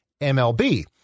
MLB